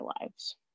lives